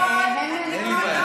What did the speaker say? אין בעיה.